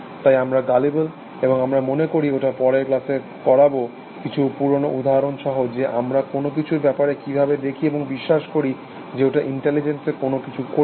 তাই আমরা গালিবেল এবং আমি মনে করি ওটা পরের ক্লাসে করাব কিছু পুরোনো উদাহরণ সহ যে আমরা কোনো কিছুর ব্যাপারে কিভাবে দেখি এবং বিশ্বাস করি যে ওটা ইন্টেলিজেন্সে কোনো কিছু করছে